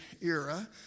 era